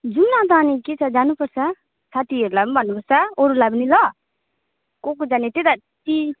जाऊँ न त अनि के छ जानुपर्छ साथीहरूलाई पनि भन्नुपर्छ अरूलाई पनि ल को को जाने त्यही त दि